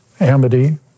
Amity